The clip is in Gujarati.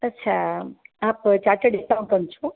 અચ્છા આપ ચાર્ટર્ડ એકાઉન્ટન્ટ છો